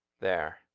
there!